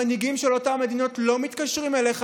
המנהיגים של אותן מדינות לא מתקשרים אליך,